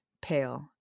pale